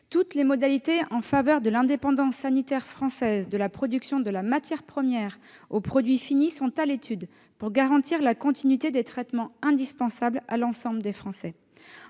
Toutes les modalités en faveur de l'indépendance sanitaire française, de la production de la matière première aux produits finis, sont à l'étude pour garantir la continuité des traitements indispensables à l'ensemble des Français.